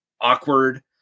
awkward